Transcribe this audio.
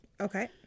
Okay